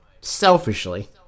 selfishly